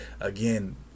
again